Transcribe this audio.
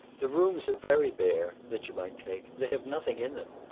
the rooms are very bare that you might take they have nothing in them.